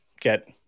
get